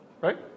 Right